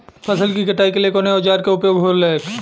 फसल की कटाई के लिए कवने औजार को उपयोग हो खेला?